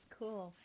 cool